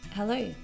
Hello